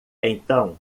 então